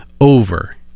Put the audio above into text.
over